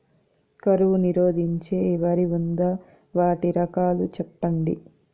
కరువు నిరోధించే వరి ఉందా? వాటి రకాలు చెప్పండి?